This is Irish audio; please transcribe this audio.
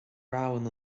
romhainn